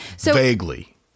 Vaguely